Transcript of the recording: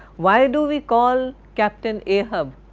why do we call captain ahab